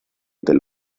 del